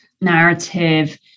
narrative